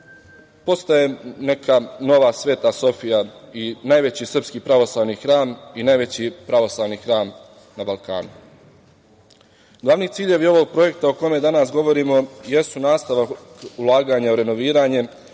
postaje neka nova Sveta Sofija i najveći srpski pravoslavni hram i najveći pravoslavni hram na Balkanu. Glavni ciljevi ovog projekta o kome danas govorimo jesu nastavak ulaganja renoviranjem,